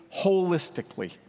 holistically